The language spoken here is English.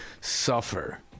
suffer